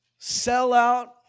sellout